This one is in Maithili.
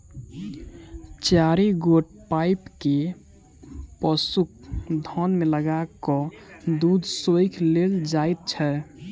चारि गोट पाइप के पशुक थन मे लगा क दूध सोइख लेल जाइत छै